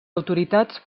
autoritats